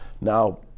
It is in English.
Now